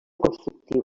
constructiva